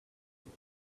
hole